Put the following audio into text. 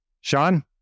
Sean